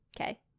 Okay